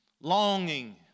longing